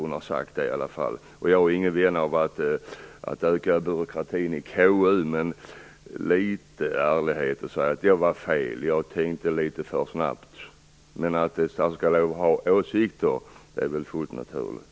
Jag är ingen vän av att öka byråkratin i konstitutionsutskottet, men jag tycker att det skall vara litet av ärlighet och att man kan säga: Det var fel. Jag tänkte litet för snabbt. Att ett statsråd skall ha lov att ha åsikter är dock fullt naturligt.